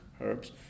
herbs